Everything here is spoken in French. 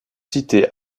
citer